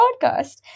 podcast